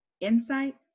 insight